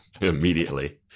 immediately